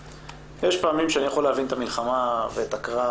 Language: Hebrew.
יש פעמים שאני יוכל להבין את המלחמה ואת הקרב